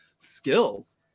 skills